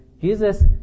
Jesus